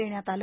देण्यात आलं